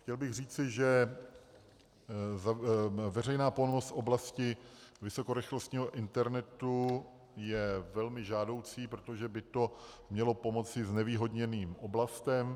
Chtěl bych říci, že veřejná pomoc v oblasti vysokorychlostního internetu je velmi žádoucí, protože by to mělo pomoci znevýhodněným oblastem.